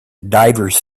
divers